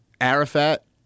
Arafat